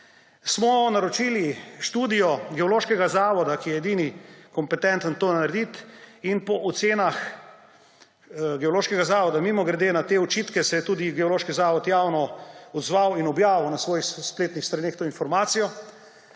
smo naročili študijo Geološkega zavoda, ki je edini kompetenten to narediti. Po ocenah Geološkega zavoda – mimogrede, na te očitke se je tudi Geološki zavod javno odzval in objavil na svojih spletnih straneh to informacijo,